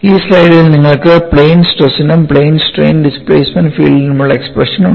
ഈ സ്ലൈഡിൽ നിങ്ങൾക്ക് പ്ലെയിൻ സ്ട്രെസിനും പ്ലെയിൻ സ്ട്രെയിൻ ഡിസ്പ്ലേസ്മെൻറ് ഫീൽഡിനുമുള്ള എക്സ്പ്രഷൻ ഉണ്ട്